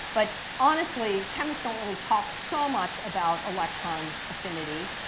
but honestly, chemists don't really talk so much about electron affinity.